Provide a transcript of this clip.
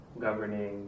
governing